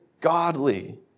godly